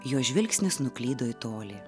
jo žvilgsnis nuklydo į tolį